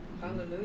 Hallelujah